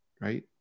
right